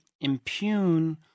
impugn